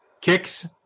kicks